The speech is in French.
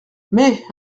mais